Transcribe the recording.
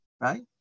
right